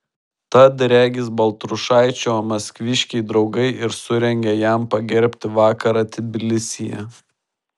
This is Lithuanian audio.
tad regis baltrušaičio maskviškiai draugai ir surengė jam pagerbti vakarą tbilisyje